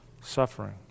suffering